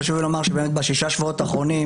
חשוב לי לומר שבשישה השבועות האחרונים